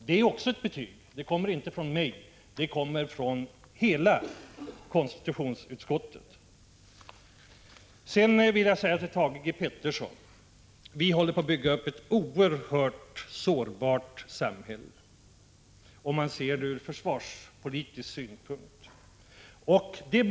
Det är också ett betyg, men det kommer inte från mig utan från hela konstitutionsutskottet. Sedan vill jag säga följande till Thage Peterson. Vi håller på att bygga upp ett oerhört sårbart samhälle, ur försvarspolitisk synpunkt sett.